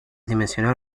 dimensiones